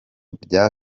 bya